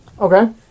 Okay